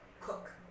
cook